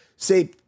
Say